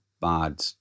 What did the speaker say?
bad